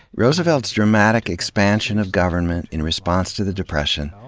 roosevelt's dramatic expansion of government, in response to the depression,